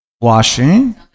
Washing